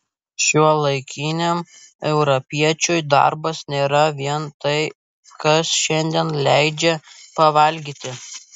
šiuolaikiniam europiečiui darbas nėra vien tai kas šiandien leidžia pavalgyti